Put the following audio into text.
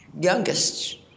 youngest